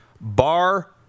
Bar